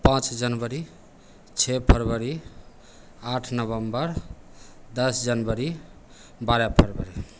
पाँच जनवरी छः फरवरी आठ नवंबर दस जनवरी बारह फरवरी